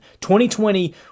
2020